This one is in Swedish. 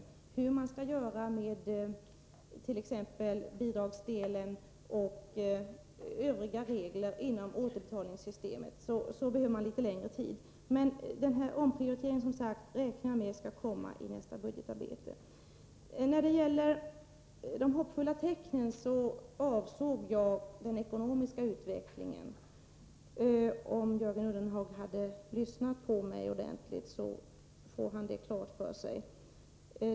För att avgöra hur man skall förfara med t.ex. bidragsdelen och övriga regler inom återbetalningssystemet behöver man litet längre tid. Omprioriteringen räknar jag dock med skall komma i nästa budgetarbete. Med de hoppfulla tecknen avsåg jag den ekonomiska utvecklingen. Om Jörgen Ullenhag hade lyssnat på mig ordentligt, hade han fått detta klart för sig.